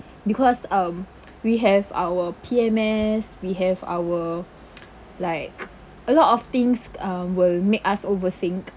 because um we have our P_M_S we have our like a lot of things uh will make us overthink